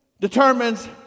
determines